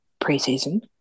preseason